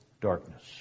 darkness